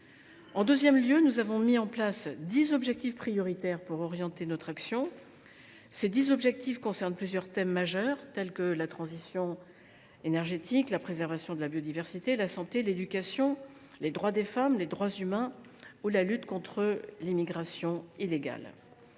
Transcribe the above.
En deuxième lieu, nous avons mis en place dix objectifs prioritaires pour orienter notre action. Ces dix objectifs recouvrent plusieurs thèmes majeurs, tels que la transition énergétique, la préservation de la biodiversité, la santé, l’éducation, les droits des femmes, les droits humains ou la lutte contre l’immigration illégale.